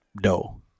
doe